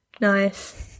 Nice